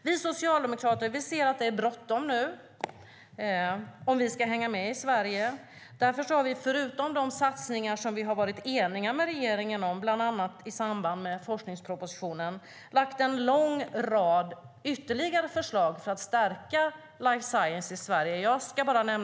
Vi socialdemokrater anser att det är bråttom om vi i Sverige ska hänga med. Därför har vi förutom de satsningar som vi varit eniga med regeringen om, bland annat i samband med forskningspropositionen, lagt fram en lång rad ytterligare förslag för att stärka life science i Sverige. Låt mig nämna några av dem.